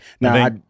now